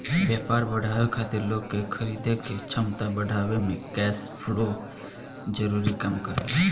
व्यापार बढ़ावे खातिर लोग के खरीदे के क्षमता बढ़ावे में कैश फ्लो जरूरी काम करेला